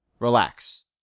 Relax